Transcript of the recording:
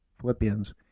Philippians